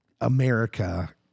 America